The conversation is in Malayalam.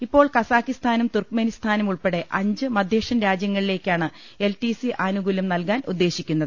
ഇപ്പോൾ കസാക്കിസ്ഥാനും ്തുർക്ക് മെനിസ്ഥാനും ഉൾപ്പെടെ അഞ്ച് മധ്യേഷ്യൻ രാജ്യങ്ങളിലേക്കാണ് എൽടിസി ആനുകൂലൃം നൽകാൻ ഉദ്ദേശിക്കുന്നത്